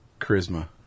Charisma